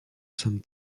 some